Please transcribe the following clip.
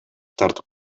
тартып